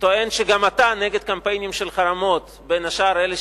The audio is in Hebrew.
טוען שגם אתה נגד קמפיינים של חרמות, בין השאר אלה